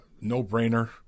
no-brainer